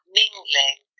mingling